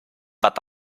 what